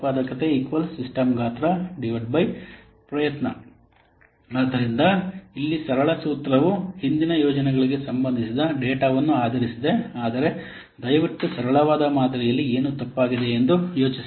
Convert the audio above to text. ಉತ್ಪಾದಕತೆ ಸಿಸ್ಟಮ್ ಗಾತ್ರ ಪ್ರಯತ್ನ productivity effort ಆದ್ದರಿಂದ ಇಲ್ಲಿ ಈ ಸೂತ್ರವು ಹಿಂದಿನ ಯೋಜನೆಗಳಿಗೆ ಸಂಬಂಧಿಸಿದ ಡೇಟಾವನ್ನು ಆಧರಿಸಿದೆ ಆದರೆ ದಯವಿಟ್ಟು ಸರಳವಾದ ಮಾದರಿಯಲ್ಲಿ ಏನು ತಪ್ಪಾಗಿದೆ ಎಂದು ಯೋಚಿಸಿ